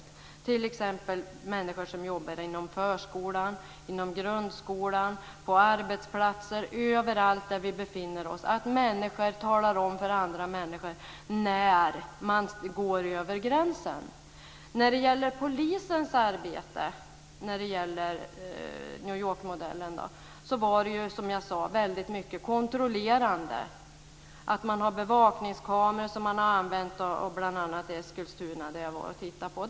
Det kan t.ex. vara människor som arbetar inom förskola och grundskola, på arbetsplatser eller överallt där vi befinner oss. Det gäller att människor talar om för andra människor när de går över gränsen. Polisens arbete enligt New York-modellen var väldigt mycket kontrollerande. Man har bl.a. i Eskilstuna använt bevakningskameror. Jag har varit och tittat på det.